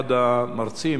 אחד המרצים,